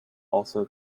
also